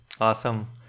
awesome